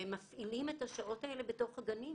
והם מפעילים את השעות האלה בתוך הגנים